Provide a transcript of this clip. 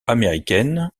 américaine